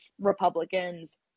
Republicans